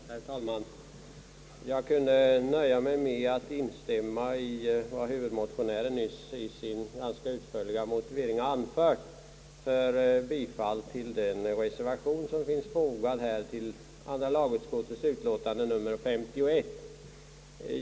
Herr talman! Jag skulle kunna nöja mig med att instämma i vad huvudmotionären nyss i sin ganska utförliga motivering anfört för bifall till den reservation som är fogad till andra lagutskottets utlåtande nr 51.